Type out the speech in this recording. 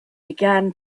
began